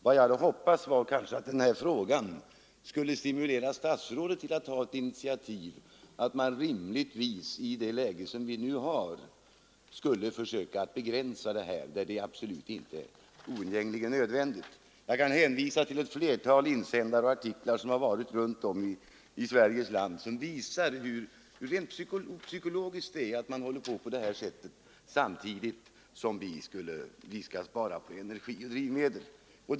Vad jag egentligen hade hoppats var att denna fråga kanske skulle stimulera statsrådet till att ta ett initiativ till att man rimligtvis i det läge vi nu har skulle försöka begränsa den här sophämtningen där den inte är oundgängligen nödvändig. Jag kan hänvisa till ett flertal insändare och artiklar från olika håll i vårt land, som visar vilken negativ effekt den här saken har rent psykologiskt i ett läge då vi i övrigt skall spara på energi och drivmedel.